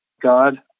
God